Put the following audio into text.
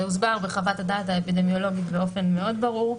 הוסבר בחוות הדעת האפידמיולוגית באופן מאוד ברור.